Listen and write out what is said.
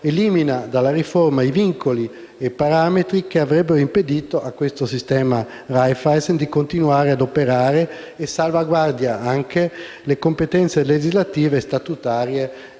elimina dalla riforma vincoli e parametri che avrebbero impedito al sistema Raiffeisen di continuare ad operare e salvaguarda anche le competenze legislative e statutarie